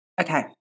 Okay